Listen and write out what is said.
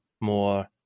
more